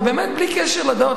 ובאמת בלי קשר לדעות,